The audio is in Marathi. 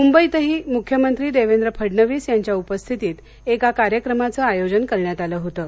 मुंबईतही मुख्यमंत्री देवेंद्र फडणवीस यांच्या उपस्थितीत एका कार्यक्रमाचं आयोजन करण्यात आलं होतं